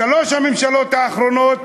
בשלוש הממשלות האחרונות,